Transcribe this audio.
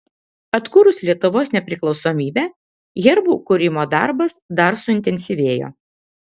atkūrus lietuvos nepriklausomybę herbų kūrimo darbas dar suintensyvėjo